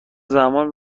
زمان